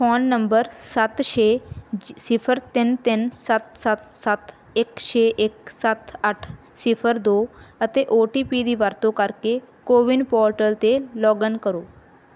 phone number ਸੱਤ ਛੇ ਸਿਫ਼ਰ ਤਿੰਨ ਤਿੰਨ ਸੱਤ ਸੱਤ ਸੱਤ ਇੱਕ ਛੇ ਇੱਕ ਸੱਤ ਅੱਠ ਸਿਫ਼ਰ ਦੋ ਅਤੇ ਓ ਟੀ ਪੀ ਦੀ ਵਰਤੋਂ ਕਰਕੇ ਕੋਵਿਨ ਪੋਰਟਲ 'ਤੇ ਲੌਗਇਨ ਕਰੋ